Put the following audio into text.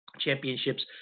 championships